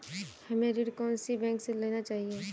हमें ऋण कौन सी बैंक से लेना चाहिए?